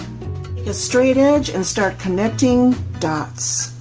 yeah straight edge and start connecting dots.